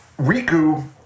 Riku